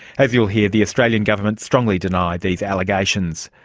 as you'll hear, the australian government strongly deny these allegations.